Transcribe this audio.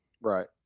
right